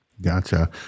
Gotcha